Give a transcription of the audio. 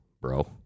bro